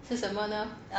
是什么呢